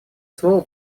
слово